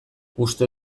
uste